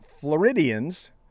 Floridians